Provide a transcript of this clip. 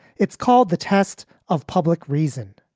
it's called the test of public reason.